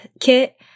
kit